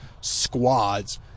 squads